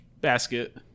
basket